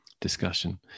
discussion